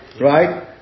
Right